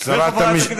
וחברת הכנסת